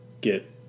get